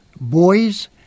Boys